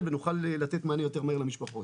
ונוכל לתת מענה יותר מהיר למשפחות.